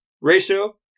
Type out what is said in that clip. ratio